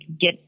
Get